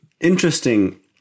interesting